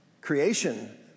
creation